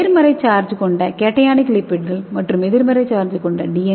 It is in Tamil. நேர்மறை சார்ஜ் கொண்ட கேஷனிக் லிப்பிடுகள் மற்றும் எதிர்மறை சார்ஜ் கொண்ட டி